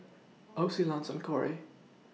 Ocie Lance and Kori